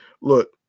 Look